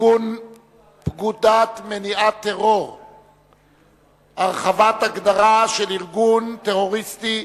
לתיקון פקודת מניעת טרור (הרחבת ההגדרה של ארגון טרוריסטי),